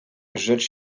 rzecz